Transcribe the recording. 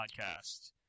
podcast